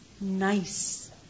nice